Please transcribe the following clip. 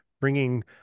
bringing